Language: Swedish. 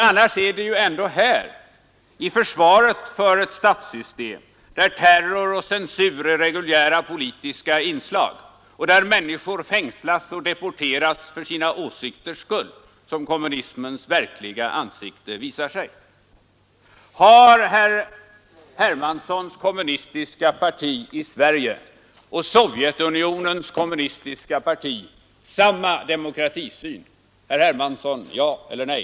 Det är ändå här, i försvaret för ett statssystem där terror och censur är reguljära politiska inslag och där människor fängslas och deporteras för sina åsikters skull, som kommunismens verkliga ansikte visar sig. Har herr Hermanssons kommunistiska parti i Sverige och Sovjetunionens kommunistiska parti samma demokratisyn, herr Hermansson? Ja eller nej?